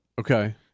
Okay